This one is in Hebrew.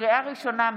לקריאה ראשונה,